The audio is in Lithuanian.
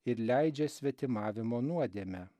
ir leidžia svetimavimo nuodėmę